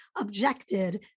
objected